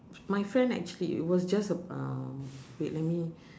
my friend actually it was just a uh wait let me